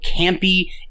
campy